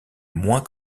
moins